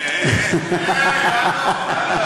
הלו, הלו.